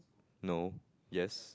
no yes